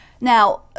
Now